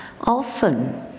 Often